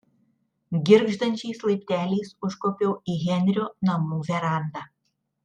girgždančiais laipteliais užkopiau į henrio namų verandą